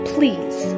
Please